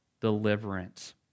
deliverance